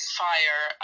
fire